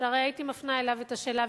שהרי הייתי מפנה אליו את השאלה ושואלת: